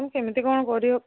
ma'am କେମିତି କ'ଣ କରି ହେବ